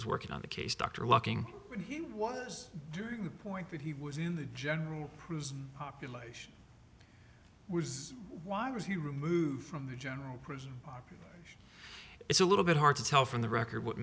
was working on the case dr lucking when he was during the point that he was in the general prison population was why was he removed from the general prison it's a little bit hard to tell from the record what